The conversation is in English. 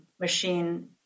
machine